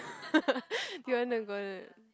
you want to go to